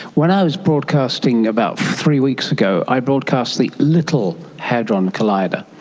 when i was broadcasting about three weeks ago i broadcast the little hadron collider,